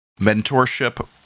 mentorship